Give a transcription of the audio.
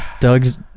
Doug's